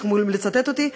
אתם יכולים לצטט אותי,